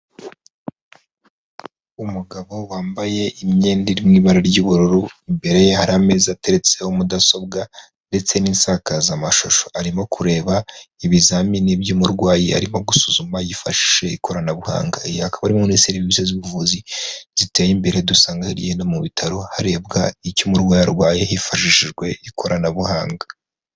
Umugabo wambaye imyenda iri mu ibara ry'ubururu, imbere ye hari ameza ateretseho mudasobwa ndetse n'insakazamashusho, arimo kureba ibizamini by'umurwayi arimo gusuzuma yifashishije ikoranabuhanga, iyi akaba ari imwe muri serivise z'ubuvuzi ziteye imbere, dusanga hirya no hino mu bitaro harebwa icyo umurwayi arwaye hifashishijwe ikoranabuhanga.